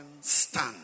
stand